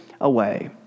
away